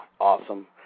awesome